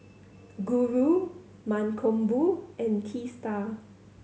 Guru Mankombu and Teesta